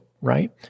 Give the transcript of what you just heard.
right